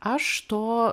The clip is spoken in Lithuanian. aš to